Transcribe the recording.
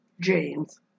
James